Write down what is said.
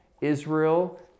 Israel